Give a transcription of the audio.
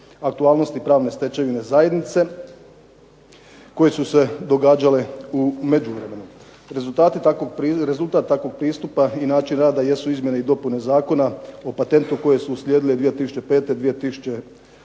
aktualnosti pravne stečevine zajednice koje su se događale u međuvremenu. Rezultat takvog pristupa i način rada jesu izmjene i dopune Zakona o patentu koje su uslijedile 2005., 2006.